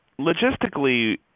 logistically